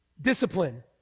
Discipline